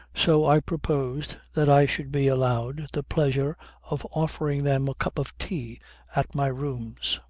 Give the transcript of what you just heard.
so i proposed that i should be allowed the pleasure of offering them a cup of tea at my rooms.